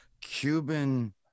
Cuban